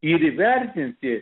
ir įvertinti